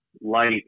light